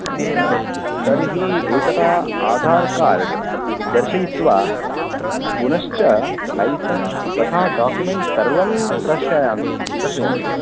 तर्हि एकदा आधार् कार्ड् दर्शयित्वा पुनश्च लैसन्स् तथा डाक्युमेण्ट्स् सर्वं दर्शयन्तु दर्शयन्तु